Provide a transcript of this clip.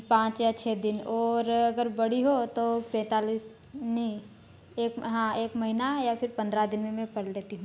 पाँच या छ दिन और अगर बड़ी हो तो पैंतालीस नहीं एक हाँ एक महीना या फिर पंद्रह दिन में मैं पढ़ लेती हूँ